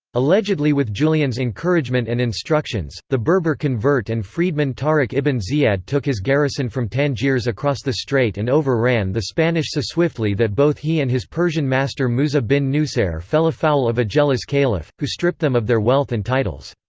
allegedly with julian's encouragement and instructions, the berber convert and freedman tariq ibn ziyad took his garrison from tangiers across the strait and overran the spanish so swiftly that both he and his persian master musa bin nusayr fell afoul of a jealous caliph, who stripped them of their wealth and titles.